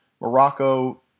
Morocco